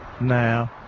now